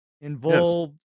involved